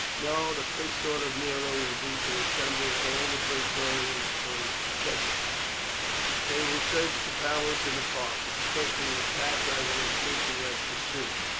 no the first thought of nero will be to assemble all the praetorians for his protection they will search the palace and the park, expecting attack rather than thinking of pursuit.